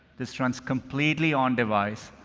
this runs completely on device,